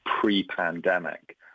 pre-pandemic